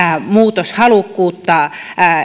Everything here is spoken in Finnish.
muutoshalukkuutta